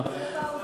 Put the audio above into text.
נעשה פאוזה,